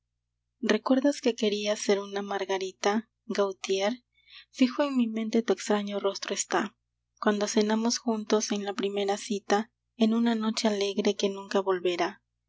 recuerdas que querías ser una margarita gautier fijo en mi mente tu extraño rostro está cuando cenamos juntos en la primera cita en una noche alegre que nunca volverá